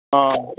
ꯑꯥ